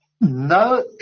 no